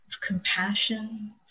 compassion